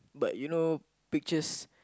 but you know pictures